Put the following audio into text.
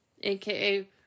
aka